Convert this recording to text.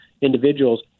individuals